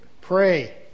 Pray